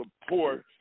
support